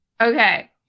Okay